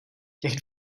těch